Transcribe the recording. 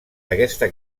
aquesta